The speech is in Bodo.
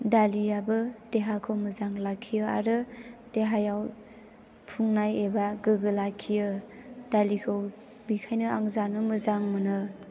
दालियाबो देहाखौ मोजां लाखियो आरो देहायाव फुंनाय एबा गोग्गो लाखियो दालिखौ बेनिखायनो आं जानो मोजां मोनो